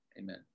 Amen